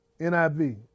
NIV